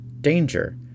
danger